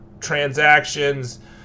transactions